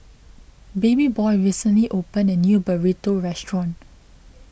Babyboy recently opened a new Burrito restaurant